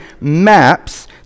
maps